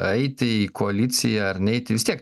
eiti į koaliciją ar neiti vis tiek